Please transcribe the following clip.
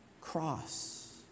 cross